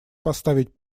поставить